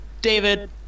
David